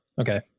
Okay